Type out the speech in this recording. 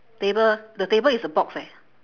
table the table is a box eh